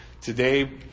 today